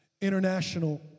international